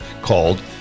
called